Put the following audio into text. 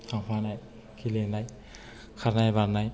थांफानाय गेलेनाय खारनाय बारनाय